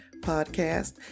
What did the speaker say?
podcast